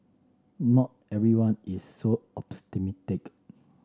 not everyone is so optimistic